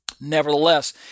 nevertheless